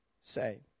say